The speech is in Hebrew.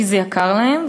כי זה יקר להם,